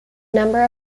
number